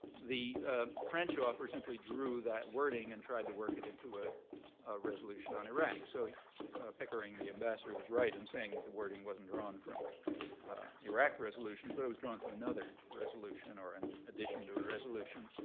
ah french offer simply drew that wording and tried to work it into ah a resolution on iraq. so pickering, the ambassador, was right in saying the wording wasn't drawn from iraq resolutions. but it was drawn from another resolution, or an addition to a resolution,